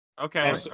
Okay